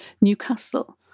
Newcastle